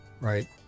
right